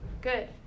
good